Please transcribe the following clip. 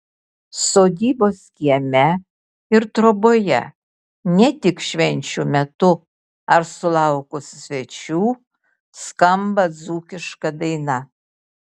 sodybos kieme ir troboje ne tik švenčių metu ar sulaukus svečių skamba dzūkiška daina